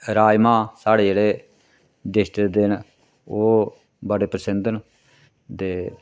राजमा साढ़े जेह्ड़े डिस्ट्रिक दे न ओह् बड़े पसंद न ते